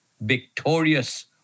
victorious